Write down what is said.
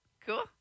Cool